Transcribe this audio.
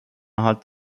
hat